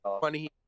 funny